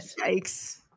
Yikes